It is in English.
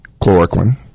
chloroquine